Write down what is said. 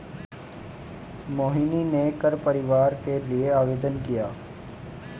मोहिनी ने कर परिहार के लिए आवेदन किया